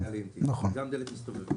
תהיה דלת מסתובבת בבתי הדין המינהליים.